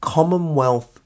Commonwealth